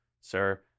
sir